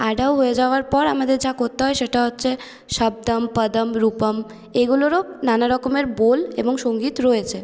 আঢাউ হয়ে যাওয়ার পর আমাদের যা করতে হয় সেটা হচ্ছে শব্দম পদম রূপম এইগুলোরও নানারকমের বোল এবং সঙ্গীত রয়েছে